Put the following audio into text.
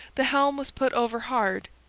the helm was put over hard,